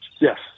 Yes